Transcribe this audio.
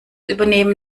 übernehmen